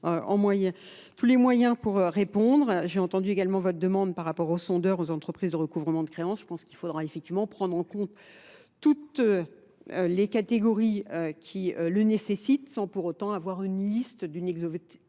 Tous les moyens pour répondre. J'ai entendu également votre demande par rapport au sondeur aux entreprises de recouvrement de créances. Je pense qu'il faudra effectivement prendre en compte toutes les catégories qui le nécessitent sans pour autant avoir une liste d'une exhaustivité